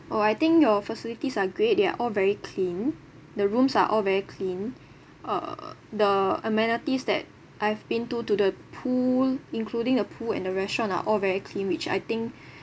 oh I think your facilities are great they're all very clean the rooms are all very clean uh the amenities that I've been to to the pool including the pool and the restaurant are all very clean which I think